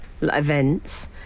events